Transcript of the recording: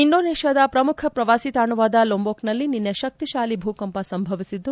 ಇಂಡೋನೇಷ್ಲಾದ ಪ್ರಮುಖ ಪ್ರವಾಸಿತಾಣವಾದ ಲೊಂಬೊಕ್ನಲ್ಲಿ ನಿನ್ನೆ ಶಕ್ತಿಶಾಲಿ ಭೂಕಂಪ ಸಂಭವಿಸಿದ್ದು